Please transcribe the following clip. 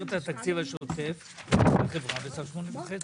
התקציב השוטף לחברה בסך 8.5 מיליון".